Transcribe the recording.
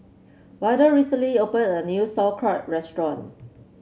Waldo recently opened a new Sauerkraut restaurant